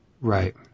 Right